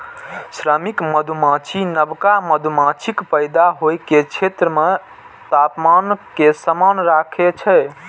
श्रमिक मधुमाछी नवका मधुमाछीक पैदा होइ के क्षेत्र मे तापमान कें समान राखै छै